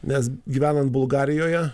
nes gyvenant bulgarijoje